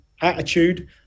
attitude